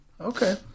Okay